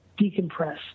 decompress